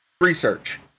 Research